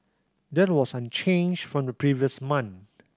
that was unchanged from the previous month